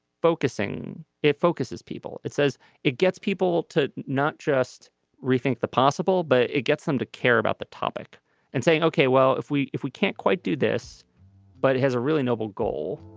focusing it focuses people it says it gets people to not just rethink the possible but it gets them to care about the topic and say ok well if we if we can't quite do this but it has a really noble goal.